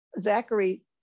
Zachary